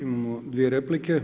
Imamo dvije replike.